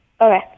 Okay